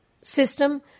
system